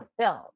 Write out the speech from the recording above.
film